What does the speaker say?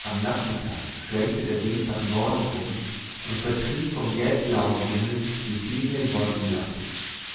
am nachmittag schwenkte der wind nach norden um und vertrieb vom gelbblauen himmel die fliegenden